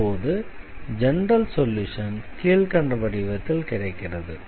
அப்போது general solution கீழ்கண்ட வடிவத்தில் கிடைக்கிறது